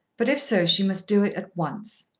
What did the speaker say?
but, if so, she must do it at once.